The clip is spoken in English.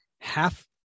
half